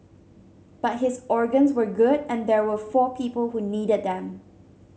but his organs were good and there were four people who needed them